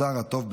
והתוצר הטוב,